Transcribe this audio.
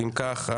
אם כך,